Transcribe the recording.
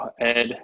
Ed